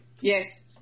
Yes